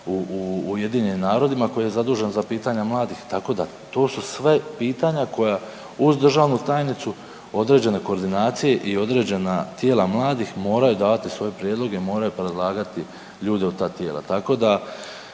delegata u UN-u koji je zadužen za pitanja mladih, tako da, to su sve pitanja koja uz državnu tajnicu određene koordinacije i određena tijela mladih moraju davati svoje prijedloge, moraju predlagati ljude u ta tijela.